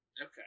Okay